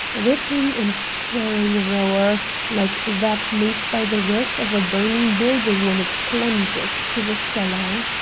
ripping, and tearing roar like that made by the roof of a burning building when it plunges to the cellar.